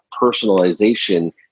personalization